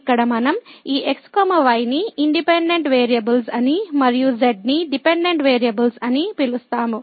ఇక్కడ మనం ఈ x y ని ఇండిపెండెంట్ వేరియబుల్స్ అని మరియు z ని డిపెండెంట్ వేరియబుల్ అని పిలుస్తాము